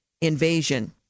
invasion